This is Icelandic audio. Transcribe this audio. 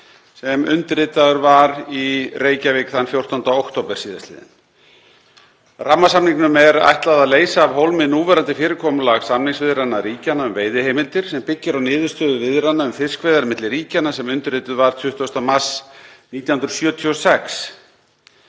var undirritaður í Reykjavík þann 14. október síðastliðinn. Rammasamningnum er ætlað að leysa af hólmi núverandi fyrirkomulag samningsviðræðna ríkjanna um veiðiheimildir, sem byggir á niðurstöðu viðræðna um fiskveiðar milli ríkjanna sem undirrituð var 20. mars 1976.